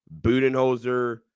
Budenholzer